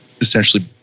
essentially